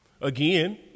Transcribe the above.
Again